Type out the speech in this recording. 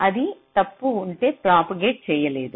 అది తప్పు ఉంటే ప్రాపగేట్ చేయలేదు